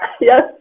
yes